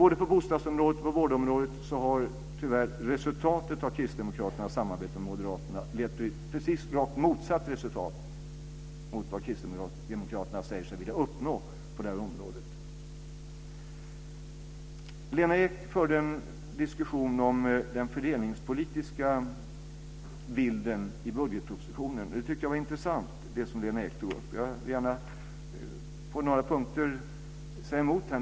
Både på bostadsområdet och på vårdområdet har tyvärr Kristdemokraternas samarbete med Moderaterna lett till rakt motsatt resultat mot vad Kristdemokraterna säger sig vilja uppnå på det här området. Lena Ek förde en diskussion om den fördelningspolitiska bilden i budgetpropositionen. Jag tycker att det Lena Ek tog upp var intressant, och jag vill gärna på några punkter säga emot henne.